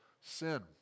sin